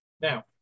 Now